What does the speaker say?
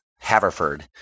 Haverford